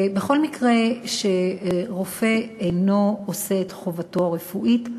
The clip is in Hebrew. בכל מקרה שרופא אינו עושה את חובתו הרפואית,